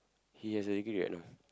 he has a degree right now